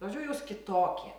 žodžiu jūs kitokie